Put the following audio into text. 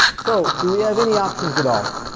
so do we have any options at all?